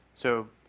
so,